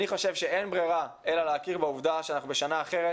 אני חושב שאין ברירה אלא להכיר בעובדה שאנחנו בשנה אחרת,